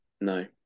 no